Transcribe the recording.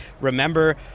remember